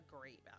great